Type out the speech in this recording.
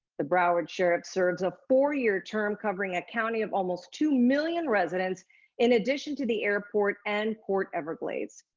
the broward sheriff serves a four year term covering a county of almost two million residents in addition to the airport and port everglades.